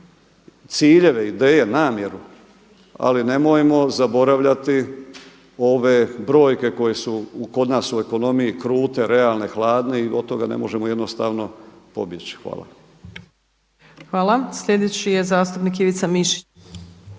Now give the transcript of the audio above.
ciljeve, ideje, namjeru ali nemojmo zaboravljati ove brojke koje su kod nas u ekonomiji krute, realne, hladne i od toga ne možemo jednostavno pobjeći. Hvala. **Opačić, Milanka (SDP)** Hvala. Sljedeći je zastupnik Ivica Mišić.